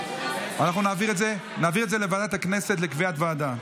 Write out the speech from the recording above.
אנחנו נעביר את זה לוועדת הכנסת לקביעת וועדה.